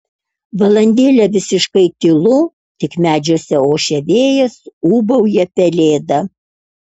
valandėlę visiškai tylu tik medžiuose ošia vėjas ūbauja pelėda